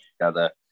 together